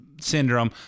syndrome